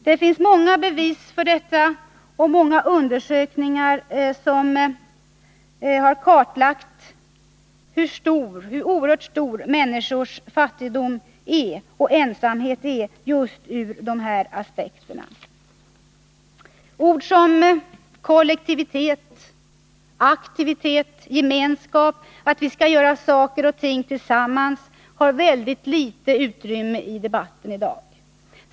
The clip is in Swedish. Det finns många bevis för det, och i åtskilliga undersökningar har människors oerhörda fattigdom och ensamhet kartlagts ur just dessa aspekter. Ord som kollektivitet och gemenskap, att vi skall göra saker tillsammans, har föga utrymme i dagens debatt.